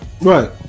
right